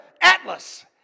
atlas